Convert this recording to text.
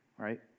Right